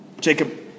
Jacob